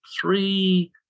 three